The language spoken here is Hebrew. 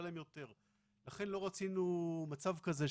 שר המשפטים רשאי לקבוע הוראות לעניין ביעור המידע.